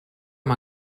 amb